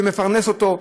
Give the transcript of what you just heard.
שמפרנס אותו,